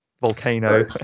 volcano